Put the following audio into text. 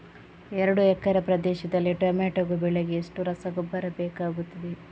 ಎರಡು ಎಕರೆ ಪ್ರದೇಶದಲ್ಲಿ ಟೊಮ್ಯಾಟೊ ಬೆಳೆಗೆ ಎಷ್ಟು ರಸಗೊಬ್ಬರ ಬೇಕಾಗುತ್ತದೆ?